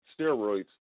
steroids